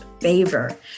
favor